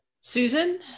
Susan